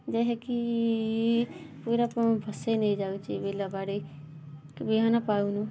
ଯାହାକି ପୁରା ଭସେଇ ନେଇଯାଉଛି ବିଲବାଡ଼ି କି ବିହନ ପାଉନୁ